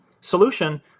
solution